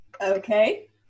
Okay